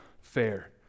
fair